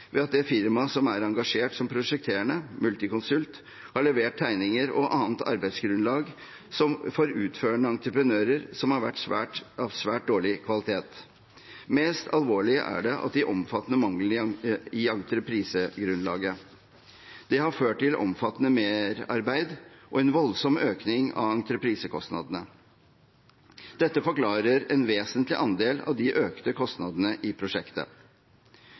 ved at det firma som er engasjert som prosjekterende, Multiconsult, har levert tegninger og annet arbeidsgrunnlag som for utførende entreprenører har vært av svært dårlig kvalitet. Mest alvorlig er de omfattende manglene i entreprisegrunnlaget. Det har ført til omfattende merarbeid og en voldsom økning av entreprisekostnadene. Dette forklarer en vesentlig andel av de økte kostnadene i prosjektet.